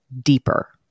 deeper